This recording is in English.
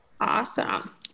Awesome